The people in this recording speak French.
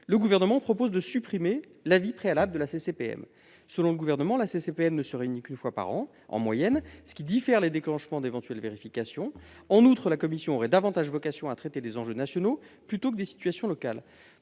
Le Gouvernement propose de supprimer l'avis préalable de la CCPM. Selon lui, le fait que celle-ci ne se réunisse qu'une fois par an en moyenne diffère les déclenchements d'éventuelles vérifications. En outre, la commission aurait davantage vocation à traiter des enjeux nationaux, plutôt que des situations locales.